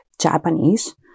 Japanese